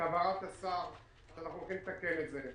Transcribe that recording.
הבהרת השר שאנחנו הולכים לתקן את זה.